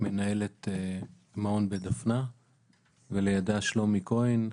מנהלת מעון בית דפנה ולידה שלומי כהן,